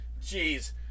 Jeez